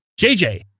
JJ